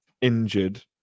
injured